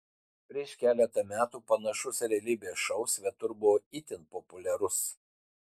prieš keletą metų panašus realybės šou svetur buvo itin populiarus